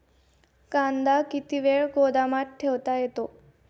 कांदा किती वेळ गोदामात ठेवता येतो?